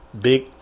big